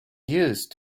used